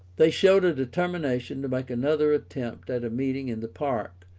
they showed a determination to make another attempt at a meeting in the park,